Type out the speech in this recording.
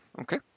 Okay